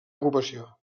ocupació